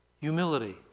humility